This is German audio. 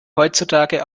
heutzutage